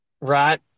Right